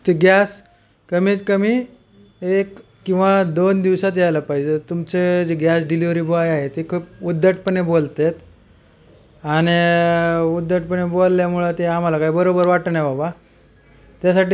ते गॅस कमीत कमी एक किंवा दोन दिवसात यायला पाहिजे तुमचे जे गॅस डिलेवरी बॉय आहे ते खूप उद्धटपणे बोलतात आणि उद्धटपणे बोलल्यामुळं ते आम्हाला काय बरोबर वाटत नाही बाबा त्यासाठी